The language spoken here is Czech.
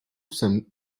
jsem